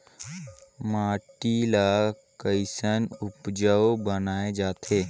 माटी ला कैसन उपजाऊ बनाय जाथे?